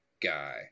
guy